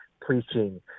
preaching